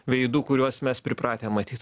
veidų kuriuos mes pripratę matyt